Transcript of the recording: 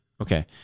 okay